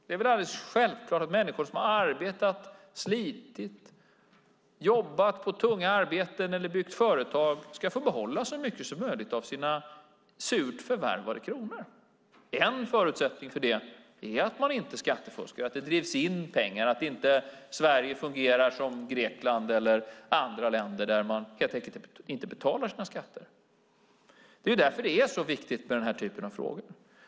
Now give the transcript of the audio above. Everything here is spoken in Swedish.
Det är självklart att människor som har arbetat, slitit, jobbat på tunga arbeten eller byggt företag ska få behålla så mycket som möjligt av sina surt förvärvade kronor. En förutsättning för det är att man inte skattefuskar, att det drivs in pengar och att inte Sverige fungerar som Grekland eller andra länder där man helt enkelt inte betalar sina skatter. Det är därför som det är så viktigt med den här typen av frågor.